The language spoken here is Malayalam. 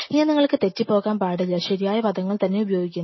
ഇനി നിങ്ങൾക്ക് തെറ്റി പോകാൻ പാടില്ല ശരിയായ പദങ്ങൾ തന്നെ ഉപയോഗിക്കണം